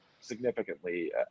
significantly